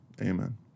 Amen